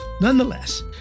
Nonetheless